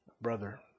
Brother